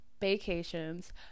vacations